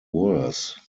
worse